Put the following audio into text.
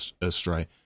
astray